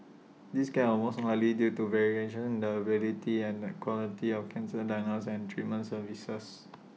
this gap are was unlikely due to variations the availability and the quality of cancer diagnosis and treatment services